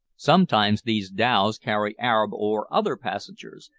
sometimes these dhows carry arab or other passengers,